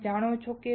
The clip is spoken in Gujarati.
તમે જાણો છો